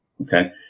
Okay